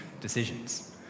decisions